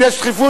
אם יש דחיפות,